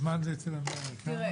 הזמן אצל המנהלת, כמה?